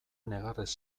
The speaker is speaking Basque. negarrez